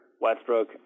Westbrook